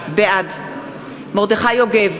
בעד מרדכי יוגב,